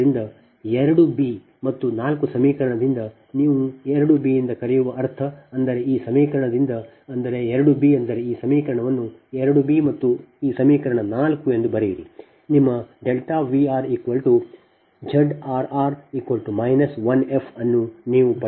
ಆದ್ದರಿಂದ 2 Bಬಿ ಮತ್ತು 4 ಸಮೀಕರಣದಿಂದ ನೀವು 2 ಬಿ ಯಿಂದ ಕರೆಯುವ ಅರ್ಥ ಅಂದರೆ ಈ ಸಮೀಕರಣದಿಂದ 2 Bಬಿ ಅಂದರೆ ಈ ಸಮೀಕರಣವನ್ನು 2 ಬಿ ಮತ್ತು ಈ ಸಮೀಕರಣ 4 ಎಂದು ಬರೆಯಿರಿ ನಿಮ್ಮ ΔV r Z rr I f ಅನ್ನು ನೀವು ಪಡೆಯುತ್ತೀರಿ